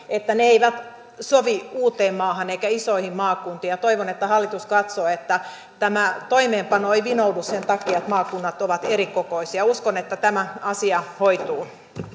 että ne eivät sovi uuteenmaahan eivätkä muihin isoihin maakuntiin toivon että hallitus katsoo että tämä toimeenpano ei vinoudu sen takia että maakunnat ovat erikokoisia uskon että tämä asia hoituu